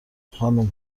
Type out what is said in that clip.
خانوم